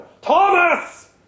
Thomas